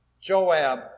Joab